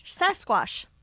Sasquatch